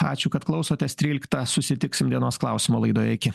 ačiū kad klausotės tryliktą susitiksim dienos klausimo laidoje iki